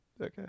Okay